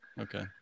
Okay